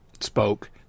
spoke